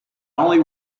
only